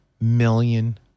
million